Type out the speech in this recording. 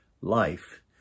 life